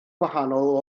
gwahanol